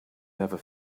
never